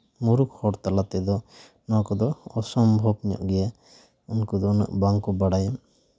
ᱢᱩᱨᱩᱠᱷ ᱦᱚᱲ ᱛᱟᱞᱟ ᱛᱮᱫᱚ ᱱᱚᱣᱟ ᱠᱚᱫᱚ ᱚᱥᱚᱢᱵᱷᱚᱵ ᱧᱚᱜ ᱜᱮᱭᱟ ᱩᱱᱠᱩ ᱫᱚ ᱩᱱᱟᱹᱜ ᱵᱟᱝ ᱠᱚ ᱵᱟᱲᱟᱭᱟ